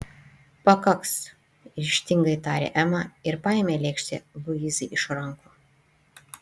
pakaks ryžtingai tarė ema ir paėmė lėkštę luizai iš rankų